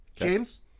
James